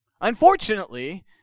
Unfortunately